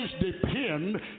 depend